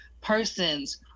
persons